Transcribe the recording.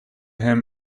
him